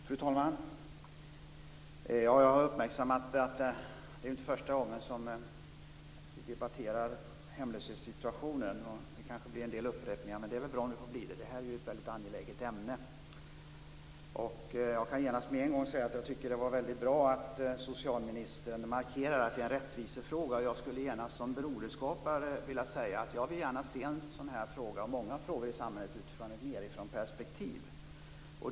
Fru talman! Jag har uppmärksammat att det inte är första gången som vi debatterar situationen för de hemlösa. Det kanske blir en del upprepningar. Men det är bra om det får bli det. Det är ett väldigt angeläget ämne. Jag kan genast med en gång säga att det är väldigt bra att socialministern markerar att det är en rättvisefråga. Jag skulle som broderskapare vilja säga att jag gärna vill se en sådan här fråga och många frågor i samhället utifrån ett nedifrånperspektiv.